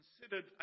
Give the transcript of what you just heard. considered